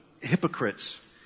hypocrites